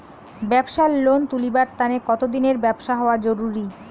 ব্যাবসার লোন তুলিবার তানে কতদিনের ব্যবসা হওয়া জরুরি?